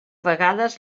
vegades